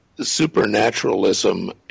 supernaturalism